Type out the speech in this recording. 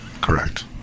Correct